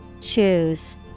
Choose